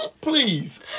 Please